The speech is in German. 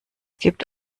gibt